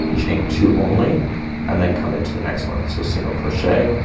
chain two only and then come in to the next one. so single crochet,